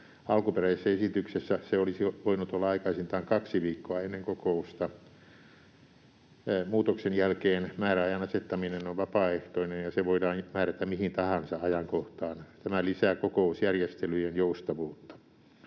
Alkuperäisessä esityksessä se olisi voinut olla aikaisintaan kaksi viikkoa ennen kokousta, muutoksen jälkeen määräajan asettaminen on vapaaehtoinen ja se voidaan määrätä mihin tahansa ajankohtaan. Tämä lisää kokousjärjestelyjen joustavuutta.